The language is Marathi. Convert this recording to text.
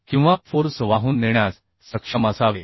किंवा फोर्स वाहून नेण्यास सक्षम असावे